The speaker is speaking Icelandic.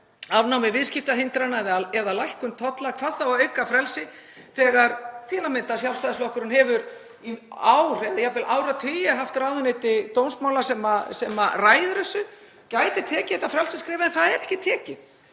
afnámi viðskiptahindrana eða lækkun tolla, hvað þá að auka frelsi. Sjálfstæðisflokkurinn hefur í ár eða jafnvel áratugi haft ráðuneyti dómsmála sem ræður þessu og gæti tekið þetta frelsisskref, en það er ekki tekið.